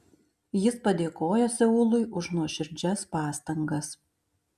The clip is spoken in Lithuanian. jis padėkojo seului už nuoširdžias pastangas